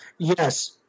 Yes